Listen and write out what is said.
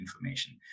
information